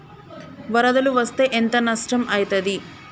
వరదలు వస్తే ఎంత నష్టం ఐతది?